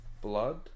blood